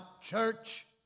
church